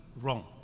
wrong